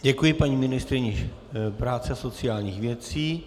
Děkuji paní ministryni práce a sociálních věcí.